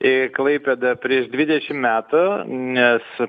į klaipėdą prieš dvidešim metų nes